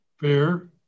fair